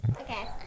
Okay